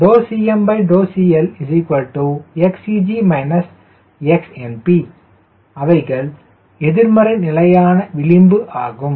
∂CM∂CL XCG XNP அவைகள் எதிர்மறை நிலையான விளிம்பு ஆகும்